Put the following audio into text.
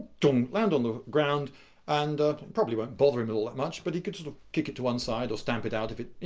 tonk. land on the ground and probably won't bother him all that much. but he could sort of kick it to one side or stamp it out if it, you